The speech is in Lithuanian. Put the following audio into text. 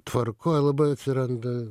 tvarkoj labai atsiranda